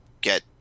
get